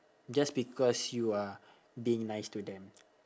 just because you are being nice to them